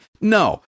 No